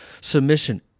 submission